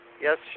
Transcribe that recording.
Yes